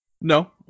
No